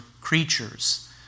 creatures